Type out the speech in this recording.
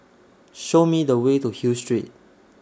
Show Me The Way to Hill Street